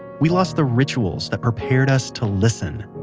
we lost the rituals that prepared us to listen.